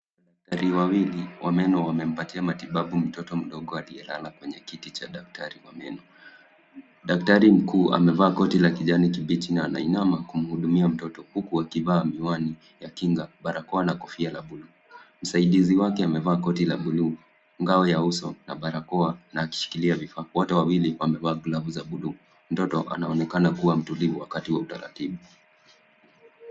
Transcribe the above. Daktari wawili wa meno wanampatia matibabu mtoto mdogo aliyelala kwenye kiti cha daktari wa meno. Daktari mkuu amevaa koti la kijani kibichi na anainama kumhudumia mtoto, huku akivaa miwani ya kinga, barakoa na kofia la blue . Msaidizi wake amevaa koti la blue , ngao ya uso na barakoa na akishikilia vifaa. Wote wawili wamevaa glavu za blue . Mtoto anaonekana kuwa mtulivu wakati wa utaratibu.